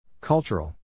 Cultural